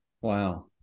Wow